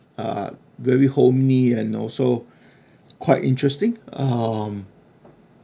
uh very homey and also quite interesting um